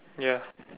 ya